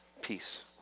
Peace